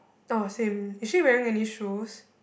oh same is she wearing any shoes